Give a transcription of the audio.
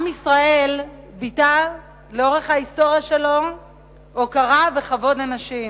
עם ישראל ביטא לאורך ההיסטוריה שלו הוקרה וכבוד לנשים.